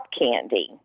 candy